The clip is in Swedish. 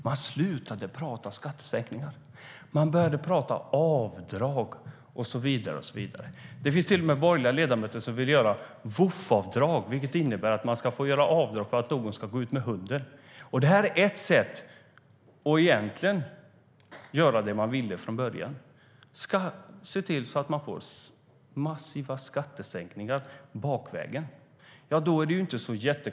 Man slutade prata om skattesänkningar och började i stället prata om avdrag. Det finns till och med borgerliga ledamöter som vill göra VOFF-avdrag, vilket innebär att man ska få göra avdrag för att någon ska gå ut med ens hund. Det här är ett sätt att göra det man egentligen ville från början, det vill säga se till att man får massiva skattesänkningar bakvägen.